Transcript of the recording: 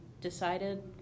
decided